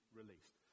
released